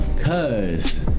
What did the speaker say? Cause